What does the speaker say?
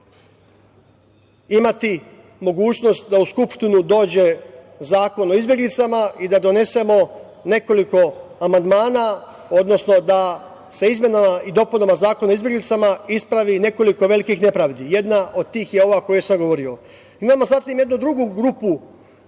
imati mogućnost da u Skupštinu dođe Zakon o izbeglicama i da donesemo nekoliko amandmana, odnosno da se izmenama i dopunama Zakona o izbeglicama ispravi nekoliko velikih nepravde. Jedna od tih je ova o kojoj sam govorio. Imamo zatim jednu drugu grupu,